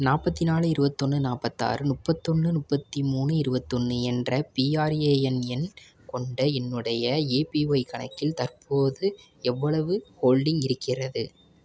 நாற்பத்தி நாலு இருபத்தொன்னு நாற்பத்தாறு முப்பத்தொன்று முப்பத்தி மூணு இருபத்தொன்னு என்ற பிஆர்ஏஎன் எண் கொண்ட என்னுடைய ஏபிஒய் கணக்கில் தற்போது எவ்வளவு ஹோல்டிங் இருக்கிறது